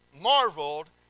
marveled